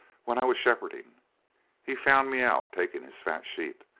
when i was shepherding he found me out taking his fat sheep,